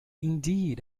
indeed